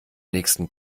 nächsten